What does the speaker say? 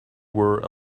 were